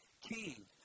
king